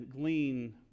glean